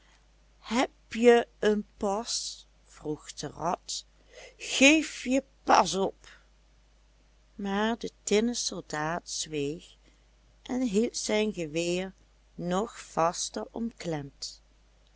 heb je een pas vroeg de rot geef je pas op maar de tinnen soldaat zweeg en hield zijn geweer nog vaster